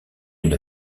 une